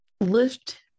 Lift